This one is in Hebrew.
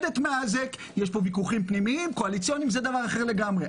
יש פה ויכוחים פנימיים קואליציוניים וזה דבר אחר לגמרי,